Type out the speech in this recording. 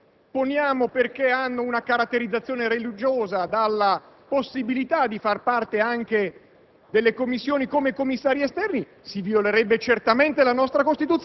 Questi docenti hanno un identico titolo giuridico. Se a questo punto dovessero essere esclusi,